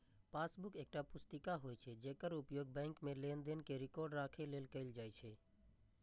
passbook एकटा पुस्तिका होइ छै, जेकर उपयोग बैंक मे लेनदेन के रिकॉर्ड राखै लेल कैल जाइ छै